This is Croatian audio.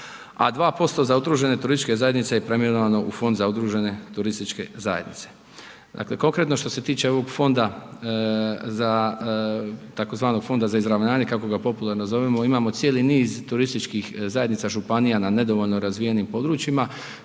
a 2% za udružene turističke zajednice je preimenovano u Fond za udružene turističke zajednice. Dakle, konkretno što se tiče ovog fonda za tzv. fonda za izravnavanje imamo cijeli niz turističkih zajednica županija na nedovoljno razvijenim područjima